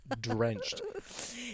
drenched